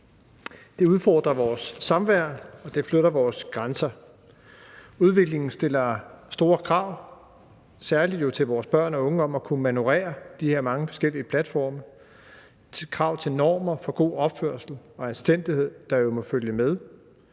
Det udfordrer vores samvær, og det flytter vores grænser. Udviklingen stiller store krav, særlig til vores børn og unge, om at kunne manøvrere de her mange forskellige platforme, krav til normer for god opførsel og anstændighed, der jo må følge med.